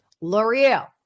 L'Oreal